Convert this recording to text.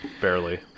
Barely